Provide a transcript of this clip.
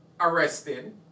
arrested